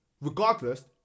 Regardless